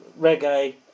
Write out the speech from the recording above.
reggae